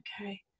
okay